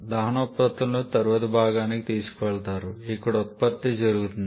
దహన ఉత్పత్తులను తదుపరి భాగానికి తీసుకువెళతారు ఇక్కడ ఉత్పత్తి ప్రొడక్షన్ జరుగుతుంది